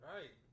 Right